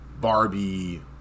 Barbie